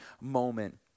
moment